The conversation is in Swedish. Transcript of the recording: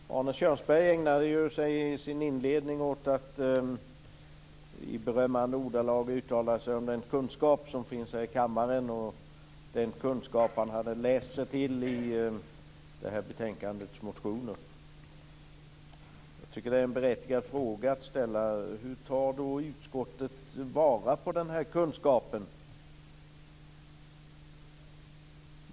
Fru talman! Arne Kjörnsberg ägnade sig i sin inledning åt att i berömmande ordalag uttala sig om den kunskap som finns här i kammaren och den kunskap som han hade läst sig till i motionerna i betänkandet. Jag tycker att det är en berättigad fråga att ställa: Hur tar utskottet vara på kunskapen?